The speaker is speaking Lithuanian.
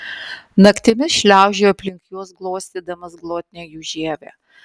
naktimis šliaužiojo aplink juos glostydamas glotnią jų žievę